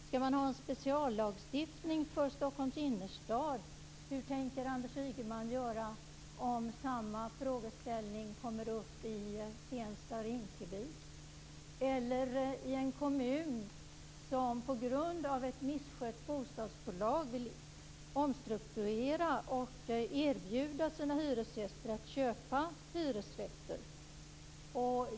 Skall man ha en speciallagstiftning för Stockholms innerstad? Hur tänker Anders Ygeman göra om samma frågeställning kommer upp i Tensta eller Rinkeby eller i en kommun som på grund av ett missskött bostadsbolag vill omstrukturera och erbjuda sina hyresgäster att köpa hyresrätter?